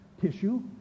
tissue